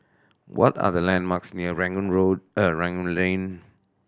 what are the landmarks near Rangoon Road Rangoon Lane